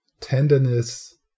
tenderness